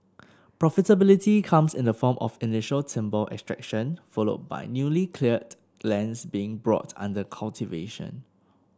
profitability comes in the form of initial timber extraction followed by newly cleared lands being brought under cultivation